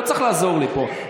לא צריך לעזור לי פה,